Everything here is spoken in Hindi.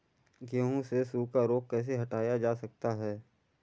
गेहूँ से सूखा रोग कैसे हटाया जा सकता है?